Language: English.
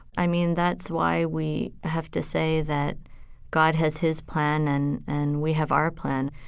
i mean, that's why we have to say that god has his plan and, and we have our plan.